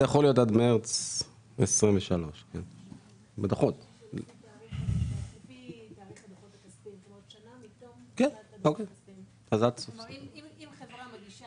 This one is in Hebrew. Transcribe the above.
זה יכול להיות גם עד מרץ 2023. אם חברה מגישה